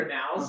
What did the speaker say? now